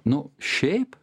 nu šiaip